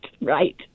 right